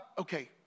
okay